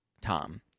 Tom